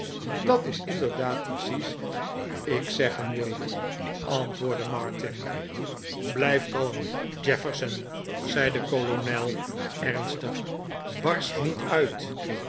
dat is inderdaad precies wat ik zeggen wilde antwoordde martin maarten chuzzlewit blijf kalm jefferson zei de kolonel ernstig barst niet uit